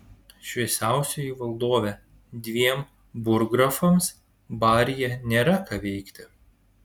šviesiausioji valdove dviem burggrafams baryje nėra ką veikti